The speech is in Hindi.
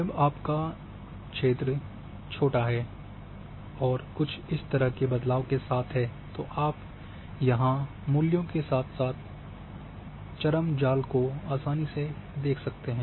जब आपका इलाक़ा छोटे क्षेत्र में है और कुछ इस तरह के बदलाव के साथ है तो आप यहां मूल्यों के साथ साथ चरम जाल को आसानी से देख सकते हैं